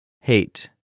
Hate